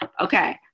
Okay